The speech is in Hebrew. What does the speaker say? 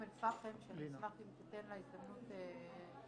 אל פחם שאני אשמח אם תינתן לה הזדמנות לדבר.